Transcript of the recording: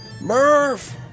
Murph